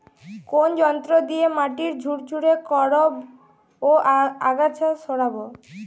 কোন যন্ত্র দিয়ে মাটি ঝুরঝুরে করব ও আগাছা সরাবো?